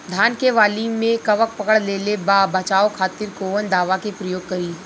धान के वाली में कवक पकड़ लेले बा बचाव खातिर कोवन दावा के प्रयोग करी?